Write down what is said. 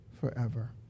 forever